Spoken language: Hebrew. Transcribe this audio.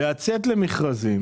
לצאת למכרזים.